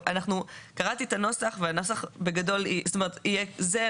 קראתי את הנוסח והנוסח בגדול יהיה זה.